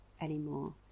anymore